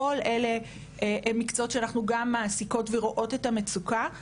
כל אלה הם מקצועות שאנחנו גם מעסיקות בהם ורואות את המצוקה.